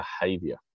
behavior